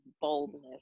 boldness